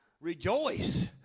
Rejoice